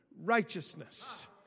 righteousness